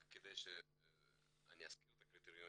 רק כדי שאזכיר את הקריטריונים,